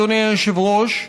אדוני היושב-ראש,